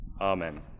amen